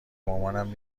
مامانم